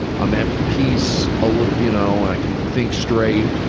i'm at peace, ah like you know, and i can think straight.